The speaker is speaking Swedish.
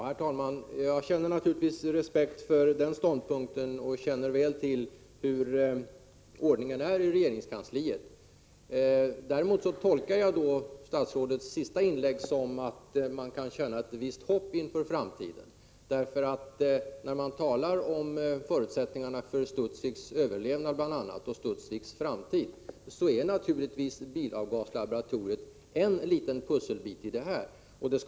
Herr talman! Jag har naturligtvis respekt för den ståndpunkten och känner väl till ordningen i regeringskansliet. Jag tolkar statsrådets senaste inlägg så, att man kan känna ett visst hopp inför framtiden. När man talar om förutsättningarna för Studsviks överlevnad och framtid är bilavgaslaboratoriet en liten pusselbit i sammanhanget.